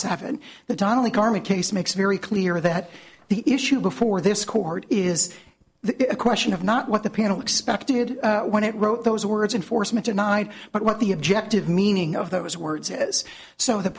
seven the tonally carmi case makes very clear that the issue before this court is the question of not what the panel expected when it wrote those words enforcement tonight but what the objective meaning of those words is so the